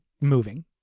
moving